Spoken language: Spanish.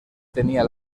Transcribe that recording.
tenía